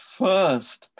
first